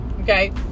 Okay